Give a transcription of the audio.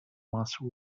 master